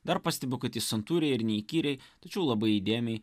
dar pastebiu kad jis santūriai ir neįkyriai tačiau labai įdėmiai